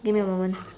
give me a moment